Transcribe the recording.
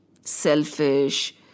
selfish